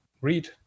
read